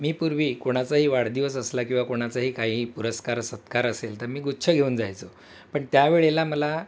मी पूर्वी कोणाचाही वाढदिवस असला किंवा कोणाचाही काही पुरस्कार सत्कार असेल तर मी गुच्छ घेऊन जायचो पण त्यावेळेला मला